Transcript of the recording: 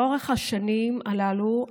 לאורך השנים הללו,